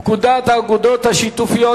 הצעת חוק לתיקון פקודת האגודות השיתופיות